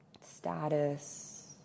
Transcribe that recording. status